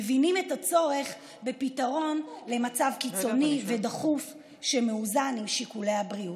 מבינים את הצורך בפתרון למצב קיצוני ודחוף שמאוזן עם שיקולי הבריאות.